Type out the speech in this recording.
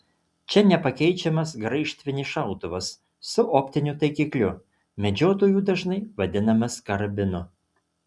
čia nepakeičiamas graižtvinis šautuvas su optiniu taikikliu medžiotojų dažnai vadinamas karabinu